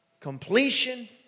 Completion